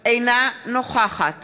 אינה נוכחת